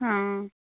हाँ